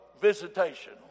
visitation